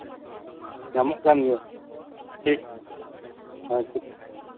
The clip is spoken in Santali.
ᱧᱟᱢᱚᱜ ᱠᱟᱱ ᱜᱮᱭᱟ ᱴᱷᱤᱠ ᱟᱪᱪᱷᱟ ᱴᱷᱤᱠ